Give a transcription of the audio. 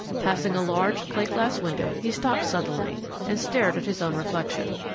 passing a large, plate-glass window he stopped suddenly and stared at his own reflection.